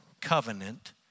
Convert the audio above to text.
covenant